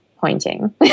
pointing